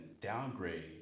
downgrade